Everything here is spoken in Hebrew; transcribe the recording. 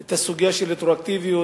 את הסוגיה של רטרואקטיביות,